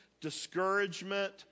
discouragement